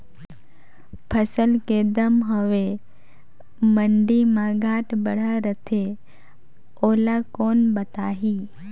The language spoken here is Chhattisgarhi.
फसल के दम हवे मंडी मा घाट बढ़ा रथे ओला कोन बताही?